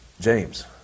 James